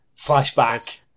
Flashback